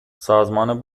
سازمان